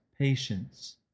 patience